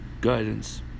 guidance